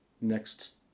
next